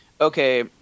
okay